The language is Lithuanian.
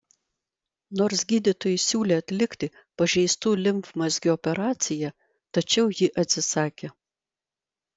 nors gydytojai siūlė atlikti pažeistų limfmazgių operaciją tačiau ji atsisakė